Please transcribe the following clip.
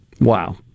Wow